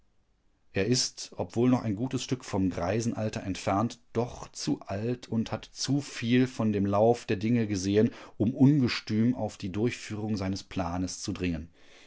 er ist obwohl noch ein gutes stück vom greisenalter entfernt doch zu alt und hat zu viel von dem lauf der dinge gesehen um ungestüm auf die durchführung seines planes zu dringen